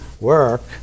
work